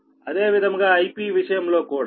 అదే విధముగా Ip విషయంలో కూడా